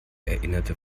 erinnerte